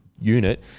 unit